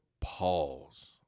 pause